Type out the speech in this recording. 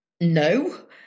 No